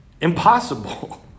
impossible